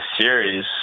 series